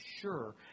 sure